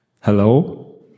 hello